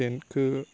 tent खौ